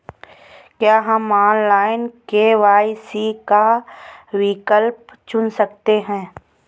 क्या हम online KYC का विकल्प चुन सकते हैं?